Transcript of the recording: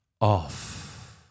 off